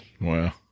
Wow